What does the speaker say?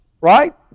Right